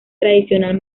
tradicional